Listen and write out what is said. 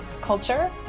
culture